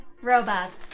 robots